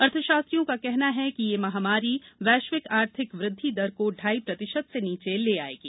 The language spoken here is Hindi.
अर्थशास्त्रियों का कहना है कि यह महामारी वैश्विक आर्थिक वृद्धि दर को ढाई प्रतिशत से नीचे ले आएगी